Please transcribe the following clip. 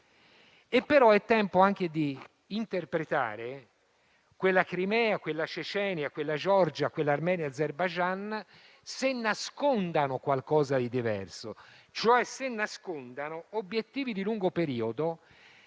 È anche tempo, però, di interpretare se quella Crimea, quella Cecenia, quella Georgia, quella Armenia e Azerbaijan nascondano qualcosa di diverso, e cioè se nascondano obiettivi di lungo periodo,